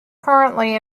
currently